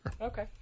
Okay